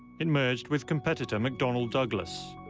it merged with competitor, mcdonnell douglas.